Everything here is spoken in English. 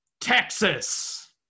Texas